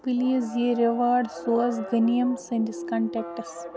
please یہِ reward سوز غٔنیٖم سٕنٛدِس کنٹٮ۪کٹَس